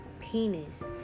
penis